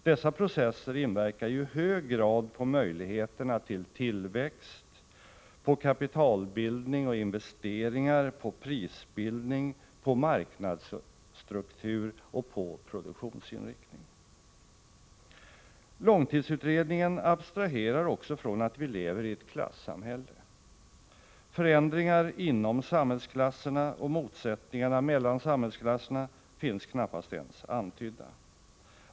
Dessa processer inverkar ju i hög grad på möjligheterna till tillväxt, kapitalbildning och investeringar, prisbildning, marknadsstruktur och produktionsinriktning. Långtidsutredningen abstraherar också från att vi lever i ett klassamhälle. Förändringar inom samhällsklasserna och motsättningarna mellan samhällsklasserna finns knappast ens antydda.